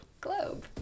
globe